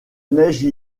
neige